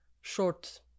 short